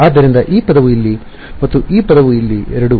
ಆದ್ದರಿಂದ ಈ ಪದವು ಇಲ್ಲಿ ಮತ್ತು ಈ ಪದವು ಇಲ್ಲಿ ಎರಡೂ